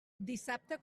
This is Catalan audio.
dissabte